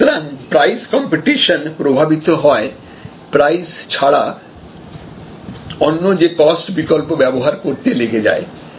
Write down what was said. সুতরাং price competition প্রভাবিত হয় প্রাইস ছাড়া অন্য যে কস্ট বিকল্প ব্যবহার করতে লেগে যায়